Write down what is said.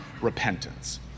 repentance